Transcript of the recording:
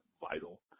vital